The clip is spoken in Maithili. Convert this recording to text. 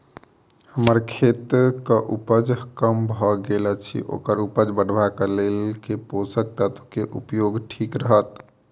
हम्मर खेतक उपज कम भऽ गेल अछि ओकर उपज बढ़ेबाक लेल केँ पोसक तत्व केँ उपयोग ठीक रहत?